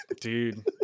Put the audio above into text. Dude